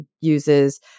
uses